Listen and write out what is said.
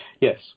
Yes